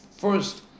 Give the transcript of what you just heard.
first